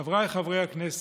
חבריי חברי הכנסת,